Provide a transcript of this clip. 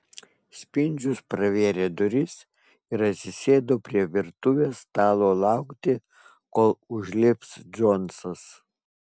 spindžius pravėrė duris ir atsisėdo prie virtuvės stalo laukti kol užlips džonsas